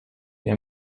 der